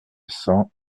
cent